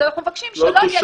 אנחנו מבקשים שלא יהיה מושת.